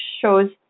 shows